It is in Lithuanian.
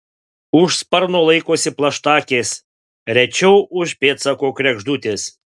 už sparno laikosi plaštakės rečiau už pėdsako kregždutės